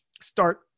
start